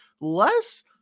less